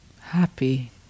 happy